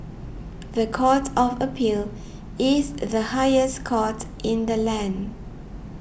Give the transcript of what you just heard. the Court of Appeal is the highest court in the land